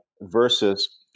versus